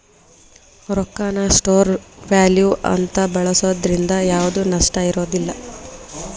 ರೊಕ್ಕಾನ store value ಅಂತ ಬಳ್ಸೋದ್ರಿಂದ ಯಾವ್ದ್ ನಷ್ಟ ಇರೋದಿಲ್ಲ